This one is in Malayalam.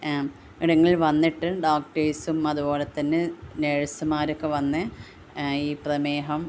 ഇടങ്ങളിൽ വന്നിട്ട് ഡോക്ടേർസും അത്പോലെ തന്നെ നേഴ്സുമാരൊക്കെ വന്ന് ഈ പ്രമേഹം